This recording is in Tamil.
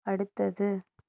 அடுத்தது